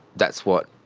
that's what,